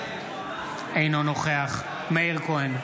אינו נוכח מאיר כהן,